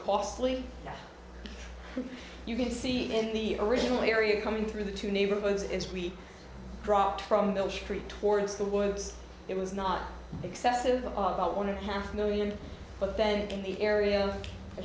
costly you can see in the original area coming through the two neighborhoods if we dropped from the street towards the woods it was not excessive about one and half million but then in the area i